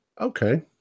Okay